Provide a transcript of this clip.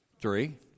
Three